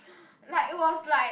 like was like